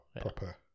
proper